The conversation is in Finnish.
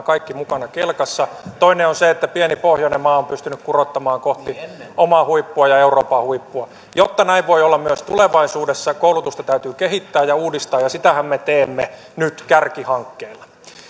kaikki mukana kelkassa toinen on se että pieni pohjoinen maa on pystynyt kurottamaan kohti omaa huippua ja euroopan huippua jotta näin voi olla myös tulevaisuudessa koulutusta täytyy kehittää ja uudistaa ja sitähän me teemme nyt kärkihankkeena